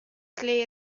clay